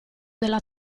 della